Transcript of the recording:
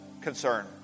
concern